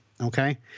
okay